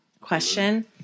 Question